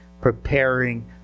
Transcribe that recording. preparing